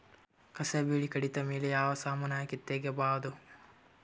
ಕಸಾ ಬೇಲಿ ಕಡಿತ ಮೇಲೆ ಯಾವ ಸಮಾನ ಹಾಕಿ ತಗಿಬೊದ?